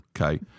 okay